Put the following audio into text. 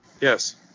Yes